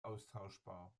austauschbar